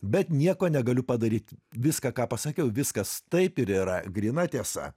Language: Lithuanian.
bet nieko negaliu padaryti viską ką pasakiau viskas taip ir yra gryna tiesa